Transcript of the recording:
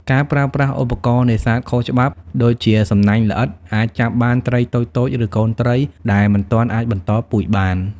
ការប្រើប្រាស់ឧបករណ៍នេសាទខុសច្បាប់ ដូចជាសំណាញ់ល្អិត អាចចាប់បានត្រីតូចៗ ឬកូនត្រីដែលមិនទាន់អាចបន្តពូជបាន។